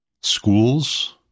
schools